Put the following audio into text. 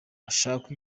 hashakwe